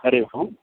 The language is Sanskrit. हरिः ओम्